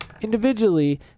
individually